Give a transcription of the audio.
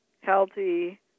healthy